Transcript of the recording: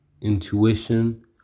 intuition